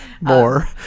more